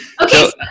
Okay